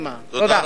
תודה.